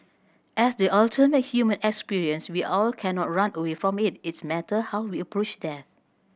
as the ultimate human experience we all cannot run away from it it's matter how we approach death